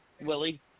Willie